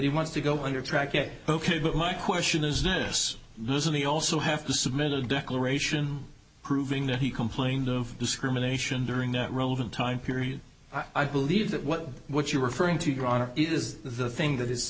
he wants to go under track it ok but my question is this doesn't he also have to submit a declaration proving that he complained of discrimination during the relevant time period i believe that what what you're referring to your honor is the thing that is